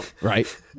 right